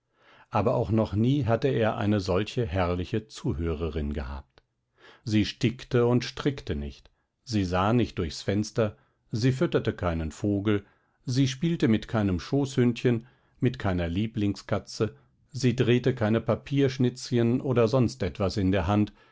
aber auch noch nie hatte er eine solche herrliche zuhörerin gehabt sie stickte und strickte nicht sie sah nicht durchs fenster sie fütterte keinen vogel sie spielte mit keinem schoßhündchen mit keiner lieblingskatze sie drehte keine papierschnitzchen oder sonst etwas in der hand